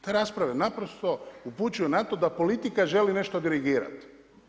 Ta rasprava naprosto upućuje na to da politika želi nešto dirigirati.